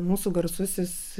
mūsų garsusis